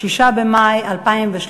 6 במאי 2013